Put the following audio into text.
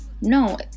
No